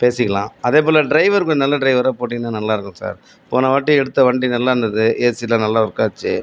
பேசிக்கலாம் அதேப்போல் டிரைவர் கொஞ்சம் நல்ல டிரைவரா போட்டீங்கன்னா நல்லாயிருக்கும் சார் போன வாட்டி எடுத்த வண்டி நல்லாயிருந்துது ஏசிலாம் நல்லா ஒர்க் ஆச்சு